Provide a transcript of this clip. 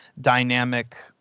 dynamic